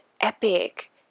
epic